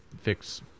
fix